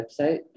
website